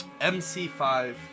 MC5